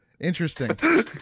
Interesting